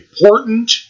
important